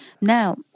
Now